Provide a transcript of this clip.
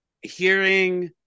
hearing